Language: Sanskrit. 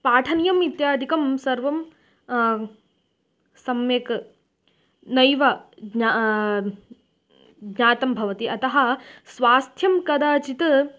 पाठनीयम् इत्यादिकं सर्वं सम्यक् नैव ज्ञातं ज्ञातं भवति अतः स्वास्थ्यं कदाचित्